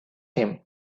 him